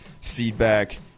feedback